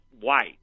White